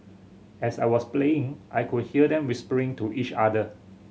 as I was playing I could hear them whispering to each other